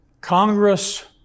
Congress